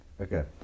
Okay